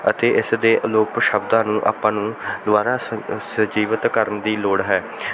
ਅਤੇ ਇਸ ਦੇ ਅਲੋਪ ਸ਼ਬਦਾਂ ਨੂੰ ਆਪਾਂ ਨੂੰ ਦੁਬਾਰਾ ਸਰ ਸਰਜੀਵਿਤ ਕਰਨ ਦੀ ਲੋੜ ਹੈ